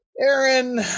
Aaron